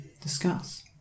discuss